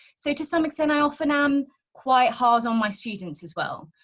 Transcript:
so to some extent i often am quite hard on my students as well,